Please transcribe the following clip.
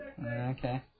Okay